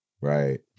right